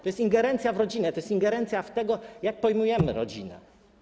To jest ingerencja w rodzinę, to jest ingerencja w to, jak pojmujemy rodzinę.